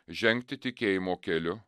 žengti tikėjimo keliu